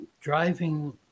driving